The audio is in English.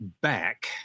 back